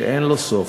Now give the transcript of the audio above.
שאין לו סוף.